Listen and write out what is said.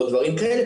או דברים כאלה,